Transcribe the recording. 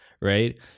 right